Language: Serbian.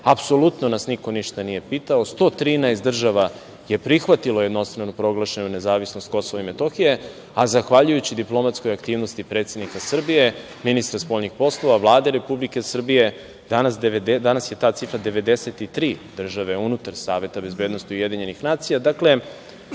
apsolutno nas niko ništa nije pitao, 113 država je prihvatilo jednostranu proglašenu nezavisnost Kosova i Metohije, a zahvaljujući diplomatskoj aktivnosti predsednika Srbije, ministra spoljnih poslova, Vlade Republike Srbije, danas je ta cifra 93 države unutar Saveta bezbednosti UN. Dakle,